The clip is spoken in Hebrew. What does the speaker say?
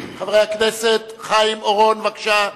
חיים אורון, בבקשה.